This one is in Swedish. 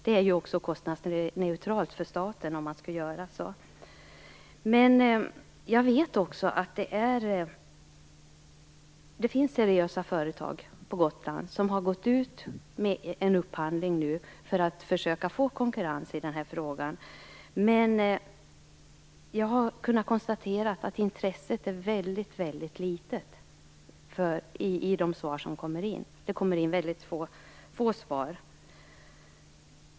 Det är också kostnadsneutralt för staten att göra så. Jag vet också att det finns seriösa företag på Gotland som har gått ut med upphandling för att försöka få konkurrens, men jag har kunnat konstatera att intresset är väldigt litet i de svar som kommer in. Det kommer in väldigt få svar.